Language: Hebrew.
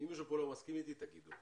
אם מישהו פה לא מסכים איתי, תגידו.